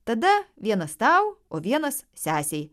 tada vienas tau o vienas sesei